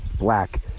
Black